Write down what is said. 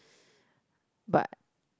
but